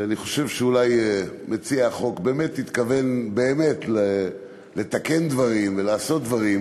אני חושב שאולי מציע החוק באמת התכוון לתקן דברים ולעשות דברים